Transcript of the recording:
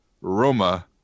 Roma